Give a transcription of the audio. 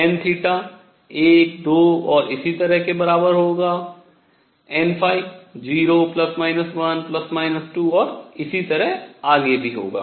n1 2 और इसी तरह के बराबर होगा n 0 ±1 ±2 और इसी तरह आगे भी होगा